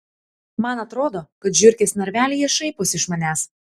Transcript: man atrodo kad žiurkės narvelyje šaiposi iš manęs